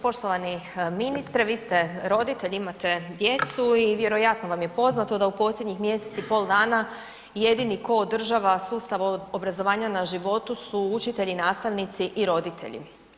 Poštovani ministre, vi ste roditelj, imate djecu i vjerojatno vam je poznato da u posljednjih mjesec i pol dana jedini tko održava sustav obrazovanja na životu su učitelji, nastavnici i roditelji.